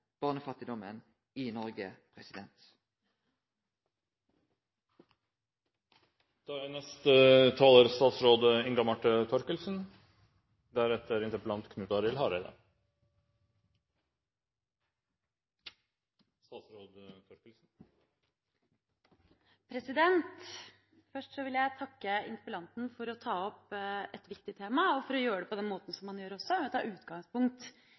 Først vil jeg takke interpellanten for å ta opp et viktig tema og for å gjøre det på den måten han gjør: å ta utgangspunkt